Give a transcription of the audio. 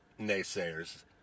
naysayers